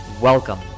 Welcome